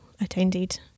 attended